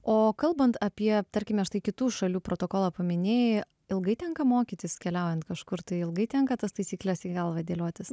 o kalbant apie tarkime štai kitų šalių protokolą paminėjai ilgai tenka mokytis keliaujant kažkur tai ilgai tenka tas taisykles į galvą dėliotis